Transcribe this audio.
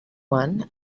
one